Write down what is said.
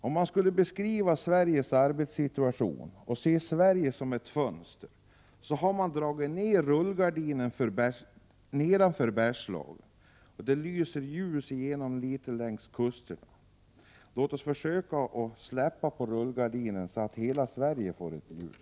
Om man skulle beskriva Sveriges arbetssituation och se Sverige som ett fönster, så har man dragit ner rullgardinen till nedanför Bergslagen. Det lyser igenom litet ljus längs kusterna. Låt oss försöka släppa upp rullgardinen, så att hela Sverige får ljus.